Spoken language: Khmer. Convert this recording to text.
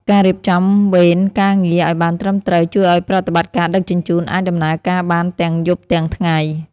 ការរៀបចំវេនការងារឱ្យបានត្រឹមត្រូវជួយឱ្យប្រតិបត្តិការដឹកជញ្ជូនអាចដំណើរការបានទាំងយប់ទាំងថ្ងៃ។